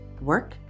work